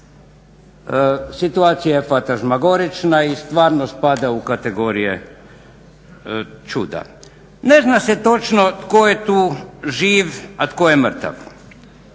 Situacija je fantazmagorična i stvarno spada u kategorije čuda. Ne zna se točno tko je tu živ, a tko je mrtav.